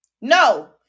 no